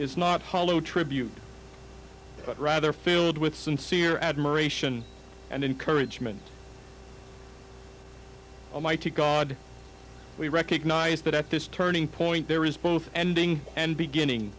is not hollow tribute but rather filled with sincere admiration and encouragement almighty god we recognize that at this turning point there is both ending and beginning